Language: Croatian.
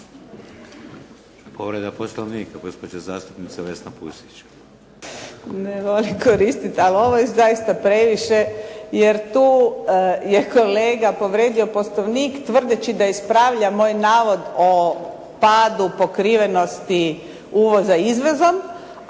Povreda Poslovnika gospođa zastupnica Vesna Pusić.